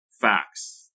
facts